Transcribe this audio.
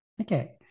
Okay